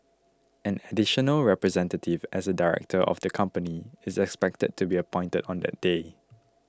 an additional representative as a director of the company is expected to be appointed on that day